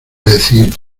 decir